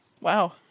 Wow